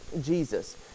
Jesus